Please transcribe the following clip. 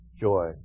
joy